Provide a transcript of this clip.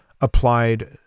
applied